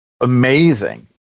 amazing